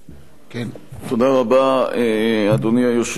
תודה רבה, אדוני היושב-ראש.